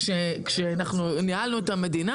כשעוד ניהלנו את המדינה,